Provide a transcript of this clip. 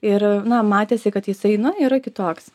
ir na matėsi kad jisai nu yra kitoks